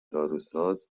داروساز